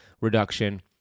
reduction